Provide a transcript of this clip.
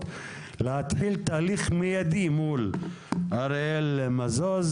להתחיל תהליך מיידי מול אריאל מזוז,